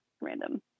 random